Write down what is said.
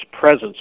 presence